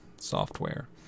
software